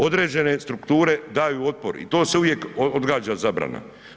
Određene strukture daju otpor i to se uvijek odgađa zabrana.